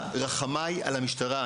רחמיי על המשטרה.